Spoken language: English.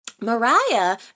Mariah